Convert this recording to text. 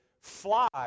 fly